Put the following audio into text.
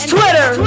Twitter